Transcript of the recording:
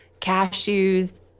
cashews